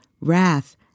wrath